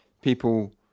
people